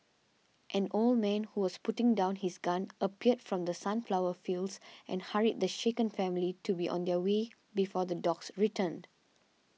an old man who was putting down his gun appeared from the sunflower fields and hurried the shaken family to be on their way before the dogs return